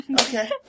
Okay